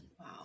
Wow